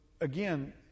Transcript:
again